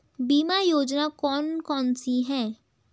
बीमा योजना कौन कौनसी हैं?